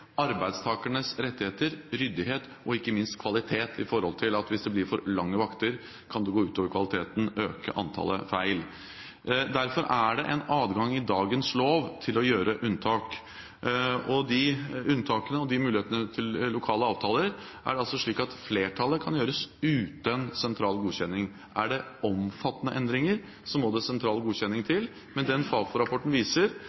arbeidstakernes rettigheter, ryddighet, og ikke minst kvalitet, for hvis det blir for lange vakter, kan det gå ut over kvaliteten og øke antallet feil. Derfor er det en adgang i dagens lov til å gjøre unntak, og de unntakene og de mulighetene til lokale avtaler kan altså flertallet gjøre uten sentral godkjenning. Er det omfattende endringer, må det sentrale godkjenninger til, men den Fafo-rapporten viser